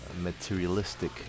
materialistic